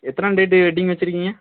எத்தனாம் தேதி வெட்டிங் வெச்சுருக்கீங்க